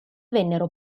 vennero